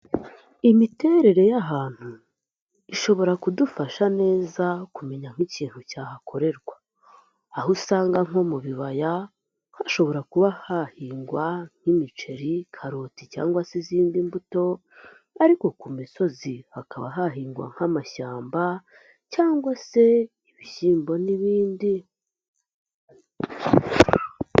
Imiterere y'ahantu ishobora kudufasha neza kumenya nk'ikintu cyahakorerwa, aho usanga nko mu bibaya hashobora kuba hahingwa nk'imiceri, karoti cyangwa se izindi mbuto. Ariko ku imisozi hakaba hahingwa nk'amashyamba cyangwa se ibishyimbo n'ibindi.